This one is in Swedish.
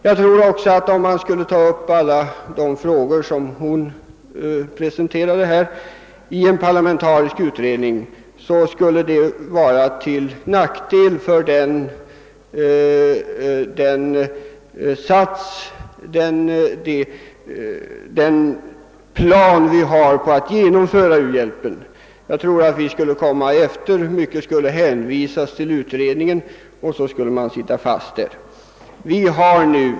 Jag tror också att om man skulle ta upp alla de frågor som fru Sjövall presenterade här i en parlamentarisk utredning skulle det vara till nackdel för den plan vi har beträffande u-hjälpen. Mycket skulle hänvisas till utredningen, vilket skulle försinka utvecklingen av u-hjälpen.